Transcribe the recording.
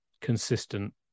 consistent